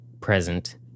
present